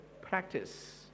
practice